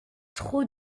trop